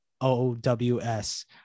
OWS